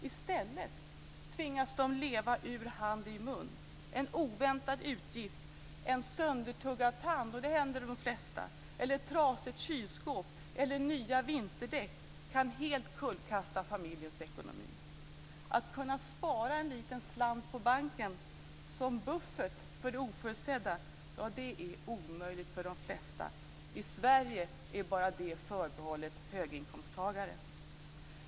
I stället tvingas de leva ur hand i mun. En oväntad utgift, en söndertuggad tand - det händer de flesta -, ett trasigt kylskåp eller nya vinterdäck kan helt kullkasta familjens ekonomi. Att kunna spara en liten slant på banken som buffert för det oförutsedda är omöjligt för de flesta. I Sverige är det förbehållet bara höginkomsttagare.